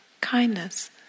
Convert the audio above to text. kindness